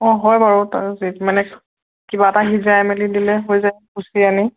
অঁ হয় বাৰু তাৰ মানে কিবা এটা সিজাই মেলি দিলে হৈ যায় আনি